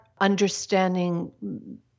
understanding